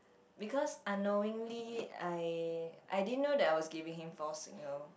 because unknowingly I I didn't know that I was giving him false signals